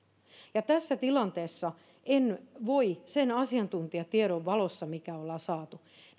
tässä tilanteessa en voi sen asiantuntijatiedon valossa mikä ollaan saatu